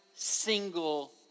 single